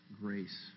grace